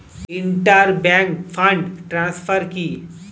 Inter bank fund transfer কি?